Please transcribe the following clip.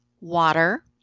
water